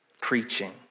preaching